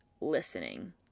listening